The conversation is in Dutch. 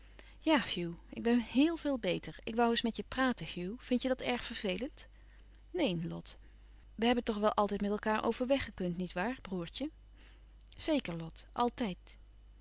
hugh ik ben héél veel beter ik woû eens met je praten hugh vindt je dat erg vervelend neen lot we hebben toch wel altijd met elkaâr over weg gekund niet waar broêrtje zeker lot altijd